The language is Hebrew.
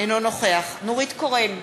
אינו נוכח נורית קורן,